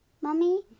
Mommy